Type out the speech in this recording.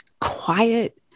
quiet